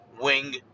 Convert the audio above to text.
wing